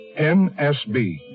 NSB